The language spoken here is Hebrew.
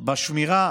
בשמירה